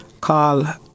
Carl